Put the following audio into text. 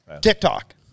TikTok